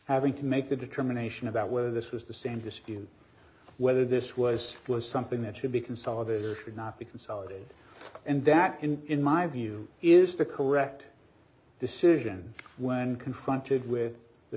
having to make a determination about whether this was the same dispute whether this was was something that should be consolidated or should not be consolidated and that in in my view is the correct decision when confronted with the